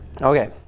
Okay